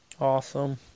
Awesome